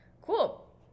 Cool